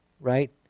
right